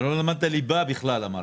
אמרת שאתה לא למדת ליבה בכלל.